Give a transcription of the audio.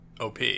OP